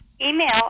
email